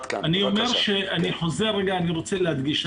אני רוצה להדגיש.